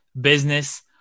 business